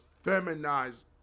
feminized